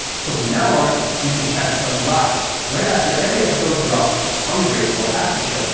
so from now on you can chat with us live right after every episode drops on the great war aftershow.